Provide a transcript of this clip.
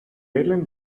airline